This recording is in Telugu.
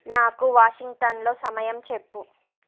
నాకు వాషింగ్టన్లో సమయం చెప్పు